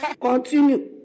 continue